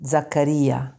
Zaccaria